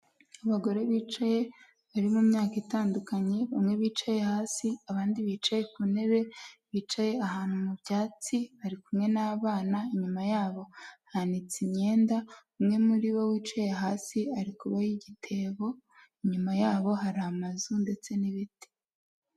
Abagore bicaye, bari mu myaka itandukanye, bamwe bicaye hasi, abandi bicaye ku ntebe, bicaye ahantu mu byatsi, bari kumwe n'abana, inyuma yabo hanitse imyenda, umwe muri bo wicaye hasi arikuboha igitebo, inyuma yabo hari amazu ndetse n'ibiti.